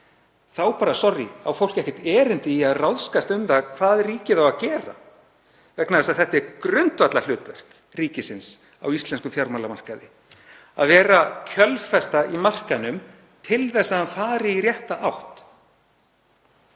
þá bara sorrí, á fólk ekkert erindi í að ráðskast um hvað ríkið eigi að gera. Það er grundvallarhlutverk ríkisins á íslenskum fjármálamarkaði að vera kjölfesta í markaðnum til þess að hann fari í rétta átt.